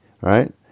right